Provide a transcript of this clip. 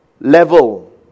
level